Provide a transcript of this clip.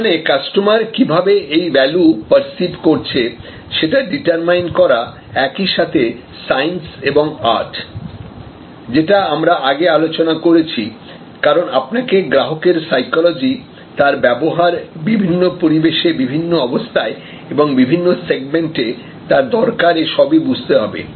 তারমানে কাস্টমার কিভাবে এই ভ্যালু পার্সিভ করছে সেটা ডিটারমাইন্ করা একই সাথে সাইন্স এবং আর্ট যেটা আমরা আগে আলোচনা করেছি কারণ আপনাকে গ্রাহকের সাইকোলজি তার ব্যবহার বিভিন্ন পরিবেশে বিভিন্ন অবস্থায় এবং বিভিন্ন সেগমেন্টে তার দরকার এসবই বুঝতে হবে